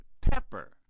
pepper